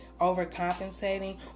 overcompensating